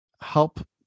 help